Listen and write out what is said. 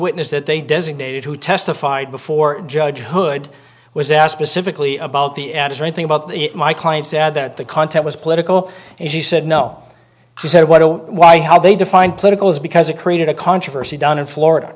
witness that they designated who testified before judge hood was asked specifically about the ad is right thing about my client said that the content was political and she said no she said what why how they defined political is because it created a controversy down in florida